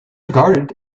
regarded